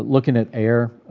looking at air,